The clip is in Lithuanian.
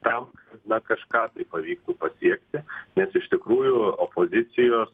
tam kad na kažką tai pavyktų pasiekti nes iš tikrųjų opozicijos